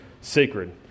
sacred